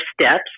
steps